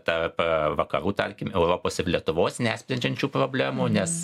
tarp vakarų tarkim europos ir lietuvos nesprendžiant šių problemų nes